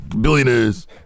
Billionaires